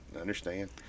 understand